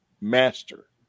master